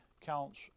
counts